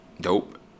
dope